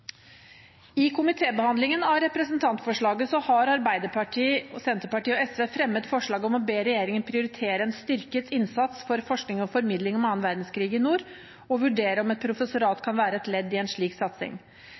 I komitébehandlingen av representantforslaget har Arbeiderpartiet, Senterpartiet og SV fremmet forslag om å be regjeringen prioritere en styrket innsats for forskning og formidling om annen verdenskrig i nord og vurdere om et professorat kan være et ledd i en slik satsing.